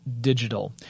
Digital